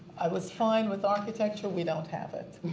i was fine with architecture, we don't have it,